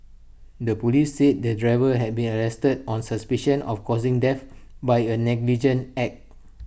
the Police said the driver has been arrested on suspicion of causing death by A negligent act